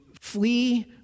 flee